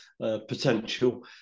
Potential